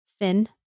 thin